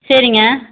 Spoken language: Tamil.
சரிங்க